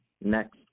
next